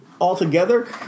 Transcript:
altogether